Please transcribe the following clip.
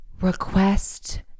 Request